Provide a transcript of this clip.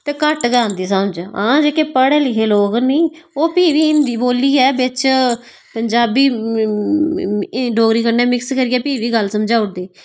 ते घट्ट गै आंदी समझ आं जेह्के पढे़ लिखे दे लोक नी ओह् भी बी हिंदी बोलियै बिच पंजाबी डोगरी कन्नै मिक्स करिये भी बी गल्ल समझाउड़दे